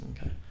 Okay